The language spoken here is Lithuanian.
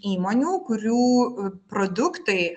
įmonių kurių produktai